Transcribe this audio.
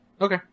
Okay